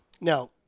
Now